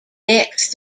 next